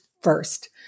first